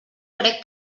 crec